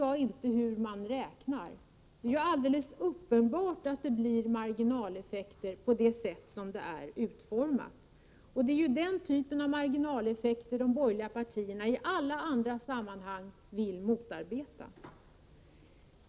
Jag vet inte hur hon räknar, men det är helt uppenbart att det blir marginaleffekter på det sätt som vårdnadsbidraget är utformat. Det är den typen av marginaleffekter som de borgerliga partierna i alla andra sammanhang vill motarbeta.